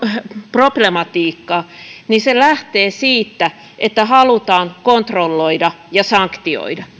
problematiikkaa lähtee siitä että halutaan kontrolloida ja sanktioida